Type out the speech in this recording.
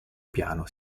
piano